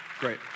great